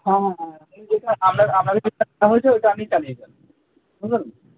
হ্যাঁ হ্যাঁ ওটা আপনি চালিয়ে যান বুঝতে পারলেন